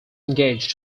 engaged